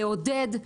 לעודד.